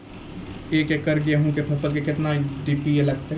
एक एकरऽ गेहूँ के फसल मे केतना डी.ए.पी लगतै?